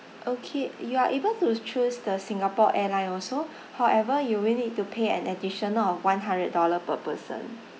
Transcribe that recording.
okay you are able to choose the singapore airline also however you will need to pay an additional of one hundred dollar per person